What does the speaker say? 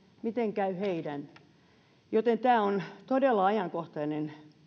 miten käy heidän tämä on todella ajankohtaista